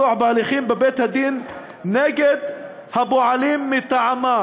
גורמים שונים לפתוח בהליכים בבית-הדין נגד הפועלים מטעמה,